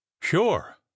sure